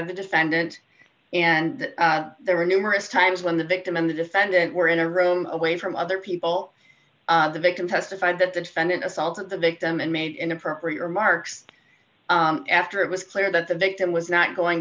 the defendant and there were numerous times when the victim in the defendant were in a room away from other people the victim testified that the defendant assault the victim and made inappropriate remarks after it was clear that the victim was not going